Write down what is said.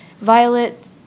Violet